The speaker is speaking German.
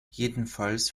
jedenfalls